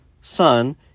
son